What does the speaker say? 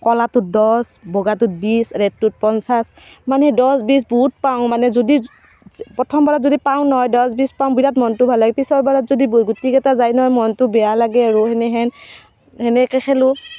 ক'লাটোত দহ বগাটোত বিছ ৰেডটোত পঞ্চাছ মানে দহ বিছ বহুত পাওঁ মানে যদি প্ৰথমবাৰত যদি পাওঁ নহয় দহ বিছ পাওঁ বিৰাট মনটো ভাল লাগে পিছৰবাৰত যদি বু গুটিকেইটা যায় নহয় মনটো বেয়া লাগে আৰু সেনেহেন সেনেকৈ খেলোঁ